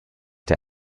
der